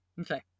Okay